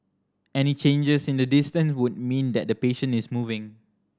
any changes in the distance would mean that the patient is moving